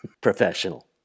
professional